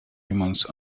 remains